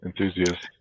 enthusiast